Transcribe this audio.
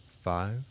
Five